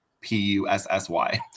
P-U-S-S-Y